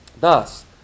Thus